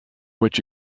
which